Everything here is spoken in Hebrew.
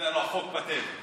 החוק בטל.